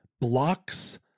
blocks